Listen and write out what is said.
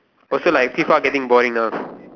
also like FIFA getting boring now